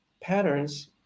patterns